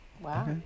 wow